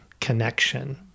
connection